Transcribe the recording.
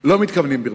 לא מתכוונים ברצינות.